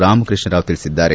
ರಾಮಕೃಷ್ಣ ರಾವ್ ತಿಳಿಸಿದ್ದಾರೆ